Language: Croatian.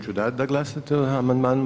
Ja ću dati da glasate o amandmanu.